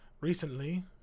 Recently